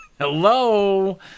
hello